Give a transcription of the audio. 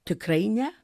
tikrai ne